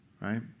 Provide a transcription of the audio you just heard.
Right